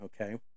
okay